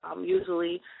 usually